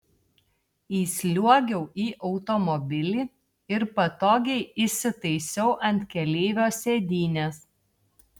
įsliuogiau į automobilį ir patogiai įsitaisiau ant keleivio sėdynės